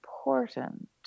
important